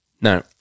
Now